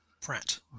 Pratt